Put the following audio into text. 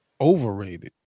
overrated